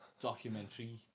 documentary